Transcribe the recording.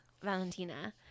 Valentina